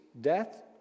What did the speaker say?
death